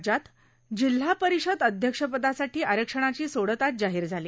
राज्यात जिल्हा परिषद अध्यक्षपदासाठी आरक्षणाची सोडत आज जाहीर झाली